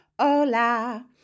Hola